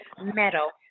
metal